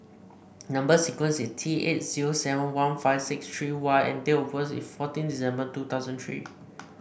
number sequence is T eight zero seven one five six three Y and date of birth is fourteen December two thousand three